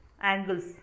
angles